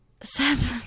Seven